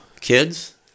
kids